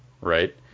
right